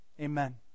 Amen